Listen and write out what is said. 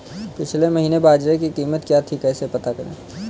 पिछले महीने बाजरे की कीमत क्या थी कैसे पता करें?